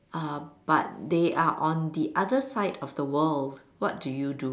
uh but they are on the other side of the world what do you do